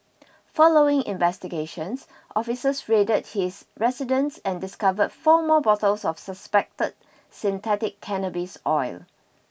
following investigations officers raided his residence and discovered four more bottles of suspected synthetic cannabis oil